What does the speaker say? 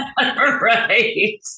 Right